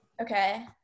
okay